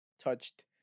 touched